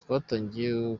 twatangiye